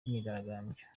myigaragambyo